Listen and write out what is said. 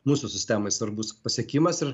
mūsų sistemai svarbus pasiekimas ir